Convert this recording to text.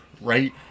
right